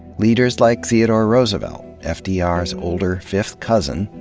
leaders like theodore roosevelt, ah fdr's ah fdr's older fifth cousin,